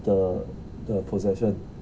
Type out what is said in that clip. the the possession